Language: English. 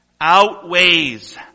outweighs